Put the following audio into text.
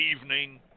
evening